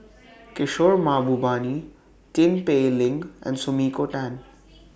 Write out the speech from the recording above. Kishore Mahbubani Tin Pei Ling and Sumiko Tan